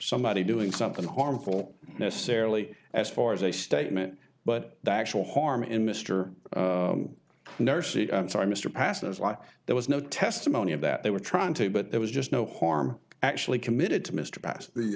somebody doing something harmful necessarily as far as a statement but the actual harm in mister darcy i'm sorry mr passages like there was no testimony of that they were trying to but there was just no harm actually committed to mr past the